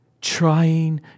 trying